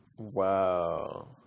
Wow